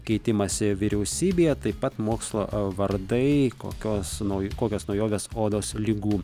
keitimąsi vyriausybėje taip pat mokslo vardai kokios nau kokios naujovės odos ligų